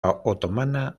otomana